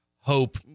hope